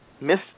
missed